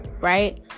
right